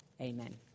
Amen